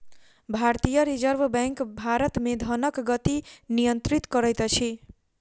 भारतीय Reserve Bank भारत मे धनक गति नियंत्रित करैत अछि